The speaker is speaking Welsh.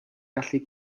gallu